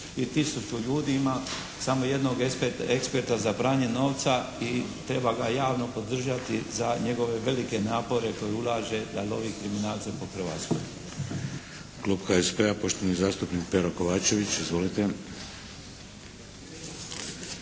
i tisuću ljudi, ima samo jednog eksperta za pranje novca i treba ga javno podržati za njegove velike napore koje ulaže da lovi kriminalce po Hrvatskoj.